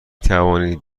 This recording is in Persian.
توانید